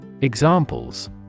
Examples